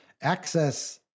access